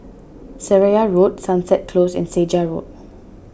Seraya Road Sunset Close and Segar Road